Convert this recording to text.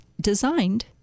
designed